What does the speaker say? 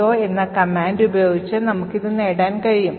so എന്ന command ഉപയോഗിച്ച് നമുക്ക് ഇത് നേടാൻ കഴിയും